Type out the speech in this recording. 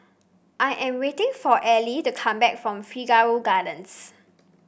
i am waiting for Ellie to come back from Figaro Gardens